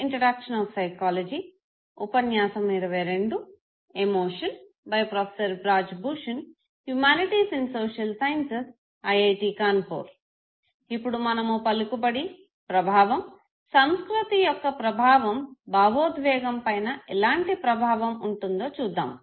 ఇప్పుడు మనము పలుకుబడి ప్రభావం సంస్కృతి యొక్క ప్రభావం భావోద్వేగం పైన ఎలాంటి ప్రభావం ఉంటుందో చూద్దాము